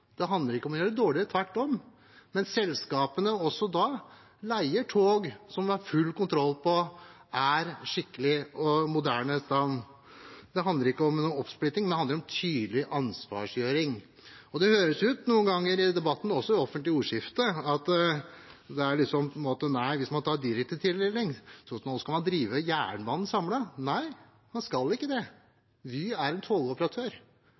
Det handler ikke om å gjøre dette dårligere, tvert om. Selskapene leier tog, og man har full kontroll på at de er i skikkelig og moderne stand. Dette handler ikke om oppsplitting; det handler om tydelig ansvarliggjøring. Noen ganger i debatten, og i det offentlige ordskiftet også, høres det ut som om man skal drive jernbanen samlet hvis man har en direkte tildeling. Nei, man skal ikke det. Vy er en togoperatør.